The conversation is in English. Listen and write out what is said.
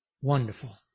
wonderful